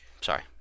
Sorry